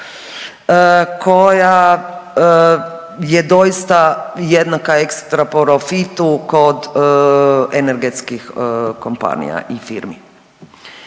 koja je doista jednaka ekstra profitu kod energetskih kompanija i firmi.